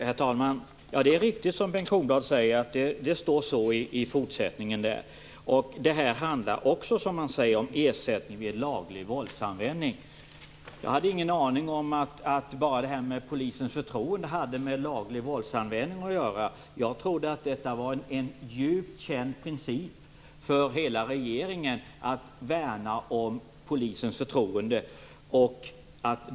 Herr talman! Det är riktigt som Bengt Kronblad säger att det står så i fortsättningen. Det här handlar också som han säger om ersättning vid laglig våldsanvändning. Jag hade ingen aning om att detta med polisens förtroende hade med laglig våldsanvändning att göra. Jag trodde att det var en djupt känd princip för hela regeringen att värna om polisens förtroende.